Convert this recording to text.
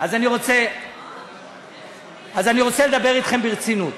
אז אני רוצה לדבר אתכם ברצינות.